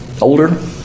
older